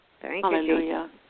Hallelujah